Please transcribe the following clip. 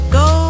go